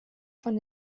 von